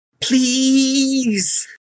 Please